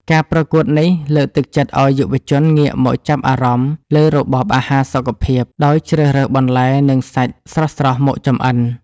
ការប្រកួតនេះលើកទឹកចិត្តឱ្យយុវជនងាកមកចាប់អារម្មណ៍លើរបបអាហារសុខភាព ដោយជ្រើសរើសបន្លែ និងសាច់ស្រស់ៗមកចម្អិន។